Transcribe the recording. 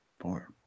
Four